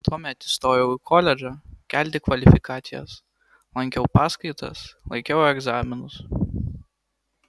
tuomet įstojau į koledžą kelti kvalifikacijos lankiau paskaitas laikiau egzaminus